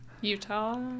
Utah